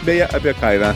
beje apie kainą